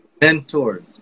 mentors